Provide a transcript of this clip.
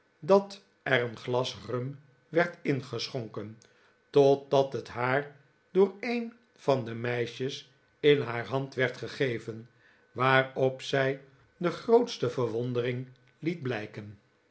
dat er een glas rum werd ingeschonken totdat het haar door een van de meisjes iri haar hand werd gegeven waarop zij de grootste verwondering liet blijken